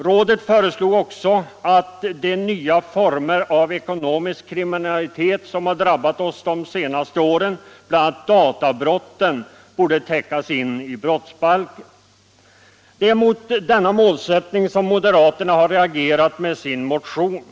Rådet föreslog också att de nya former av ekonomisk kriminalitet som har drabbat oss de senaste åren — bl.a. databrotten — borde täckas i brottsbalken. Det är mot denna målsättning som moderaterna har reagerat med sin motion.